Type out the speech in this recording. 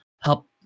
help